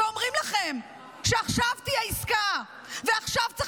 ואומרים לכם שעכשיו תהיה עסקה ועכשיו צריך